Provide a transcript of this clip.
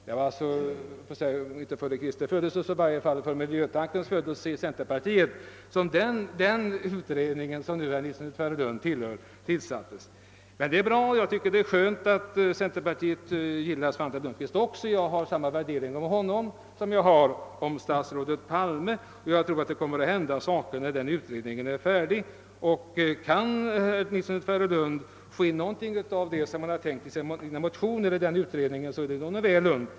Det var alltså om inte före Kristi födelse, så i varje fall före miljötankens uppkomst inom centerpartiet, som denna utredning påbörjades. Jag tycker dock att det är bra att också centerpartiet gillar Svante Lundkvist. Jag har samma värdering av honom som av statsrådet Palme, och jag tror att det kommer att hända en del när den nyssnämnda utredningen är färdig med sitt arbete. Och kan herr Nilsson i Tvärålund få in något av det han redovisat i sin motion i denna utredning, så är det honom väl unt.